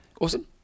awesome